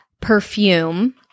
perfume